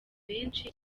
benshi